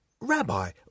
Rabbi